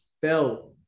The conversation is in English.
felt